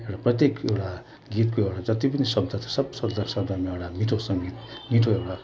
एउटा प्रत्येक एउटा गीतको एउटा जति पनि शब्द छ सब शब्द शब्दमा एउटा मिठो सङ्गीत मिठो एउटा